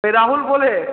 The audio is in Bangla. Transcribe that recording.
রাহুল বলে